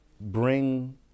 bring